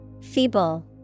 Feeble